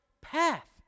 path